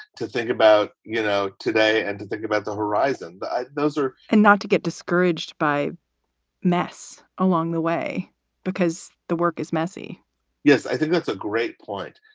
to think about, you know, today and to think about the horizon but those are and not to get discouraged by mass along the way because the work is messy yes, i think that's a great point.